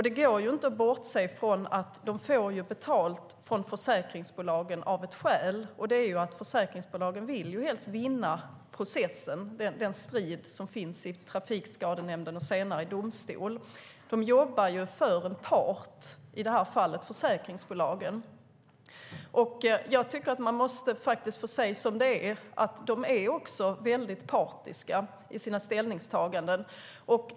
Det går inte att bortse från att försäkringsläkarna får betalt från försäkringsbolagen av ett skäl, och det är att försäkringsbolagen helst vill vinna processen - den strid som finns i Trafikskadenämnden och senare i domstol. De jobbar för en part, i det här fallet försäkringsbolagen. Man måste också få säga som det är, nämligen att de är väldigt partiska i sina ställningstaganden.